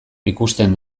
ikusten